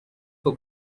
for